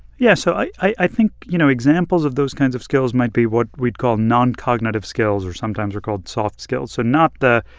yeah, so i i think, you know, examples of those kinds of skills might be what we'd call noncognitive skills. or sometimes they're called soft skills so not the,